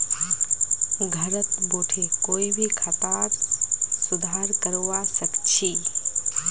घरत बोठे कोई भी खातार सुधार करवा सख छि